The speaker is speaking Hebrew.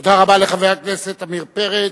תודה רבה לחבר הכנסת עמיר פרץ.